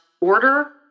order